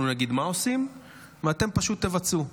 אנחנו נגיד מה עושים ואתם פשוט תבצעו.